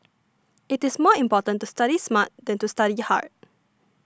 it is more important to study smart than to study hard